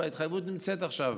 וההתחייבות נמצאת עכשיו,